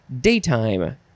daytime